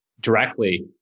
directly